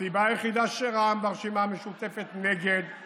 הסיבה היחידה שרע"מ והרשימה המשותפת נגד היא